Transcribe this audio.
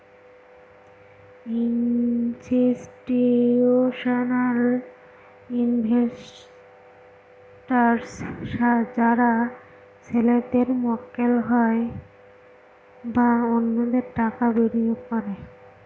institutional investors যারা ছেলেদের মক্কেল হয় বা অন্যদের টাকা বিনিয়োগ করে